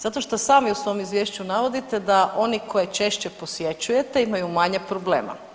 Zato što sami u svim izvješću navodite da oni koje češće posjećujete imaju manje problema.